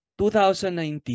2019